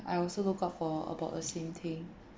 I also look out for about the same thing